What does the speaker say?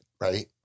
Right